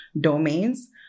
domains